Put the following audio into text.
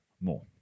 more